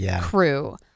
crew